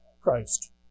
Christ